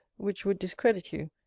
which would discredit you,